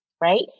right